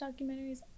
documentaries